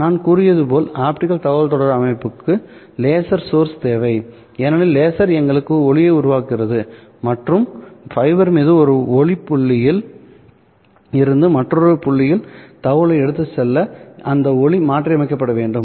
நான் கூறியது போல் ஆப்டிகல் தகவல்தொடர்பு அமைப்புகளுக்கு லேசர் சோர்ஸ் தேவை ஏனெனில் லேசர் எங்களுக்கு ஒளியை உருவாக்குகிறது மற்றும் ஃபைபர் மீது ஒரு புள்ளியில் இருந்து மற்றொரு புள்ளியில் தகவல்களை எடுத்துச் செல்ல அந்த ஒளி மாற்றியமைக்கப்பட வேண்டும்